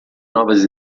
novas